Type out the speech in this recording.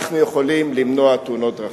אנחנו יכולים למנוע תאונות דרכים.